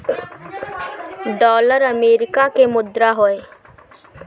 dollar America कअ मुद्रा हवे